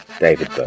David